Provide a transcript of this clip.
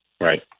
Right